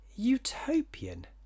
utopian